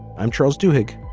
i'm charles duhok.